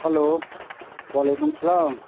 hello وعلیکُم سلام